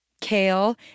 kale